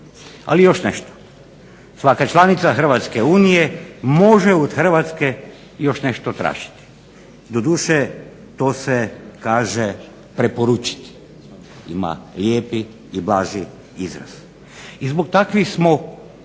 Ali još nešto, svaka članica EU može od Hrvatske još nešto tražiti. Doduše to se kaže preporučiti, ima lijepi i važni izraz. I zbog takvih smo